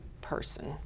person